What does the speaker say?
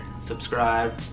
Subscribe